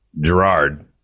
Gerard